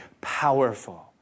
powerful